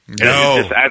No